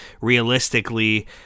realistically